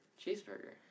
Cheeseburger